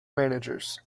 managers